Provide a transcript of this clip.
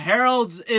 Harold's